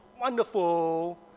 wonderful